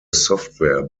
software